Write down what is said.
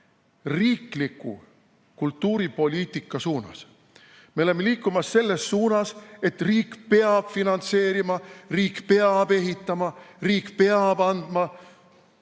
riikliku kultuuripoliitika suunas. Me oleme liikumas selles suunas, et riik peab finantseerima, riik peab ehitama, riik peab andma